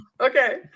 Okay